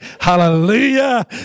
hallelujah